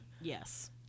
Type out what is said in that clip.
yes